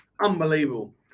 Unbelievable